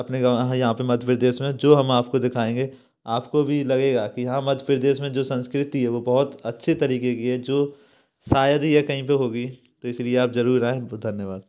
अपने गाँव यहाँ पर मध्य प्रदेश में जो हम आपको दिखाएँगे आपको भी लगेगा कि हाँ मध्यप्रदेश में जो संस्कृति है वो बहुत अच्छे तरीके की है जो शायद ही यह कहीं पर होगी तो इसलिए आप जरूर आयें बहुत धन्यवाद